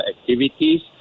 activities